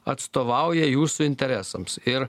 atstovauja jūsų interesams ir